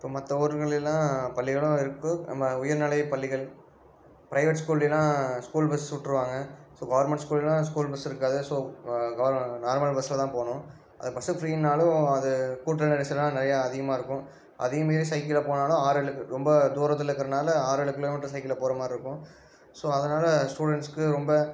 இப்போ மற்ற ஊர்கள்லெலாம் பள்ளிகளும் இருக்குது நம்ம உயர்நிலை பள்ளிகள் ப்ரைவேட் ஸ்கூல்லெலாம் ஸ்கூல் பஸ் விட்ருவாங்க ஸோ கவர்மெண்ட் ஸ்கூல்லெலாம் ஸ்கூல் பஸ் இருக்காது ஸோ க நார்மல் பஸ்சில் தான் போகணும் அது பஸ்ஸு ஃப்ரீனாலும் அது கூட்ட நெரிசலெல்லாம் நிறையா அதிகமாக இருக்கும் அதையும் மீறி சைக்கிளில் போனாலும் ஆறு ஏழு ரொம்ப தூரத்தில் இருக்கிறனால ஆறு ஏழு கிலோ மீட்டர் சைக்கிளில் போகிற மாதிரி இருக்கும் ஸோ அதனால் ஸ்டூடெண்ட்ஸுக்கு ரொம்ப